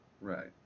right